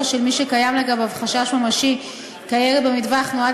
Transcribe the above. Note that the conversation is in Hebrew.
של מי שקיים לגביו חשש ממשי כי הירי במטווח נועד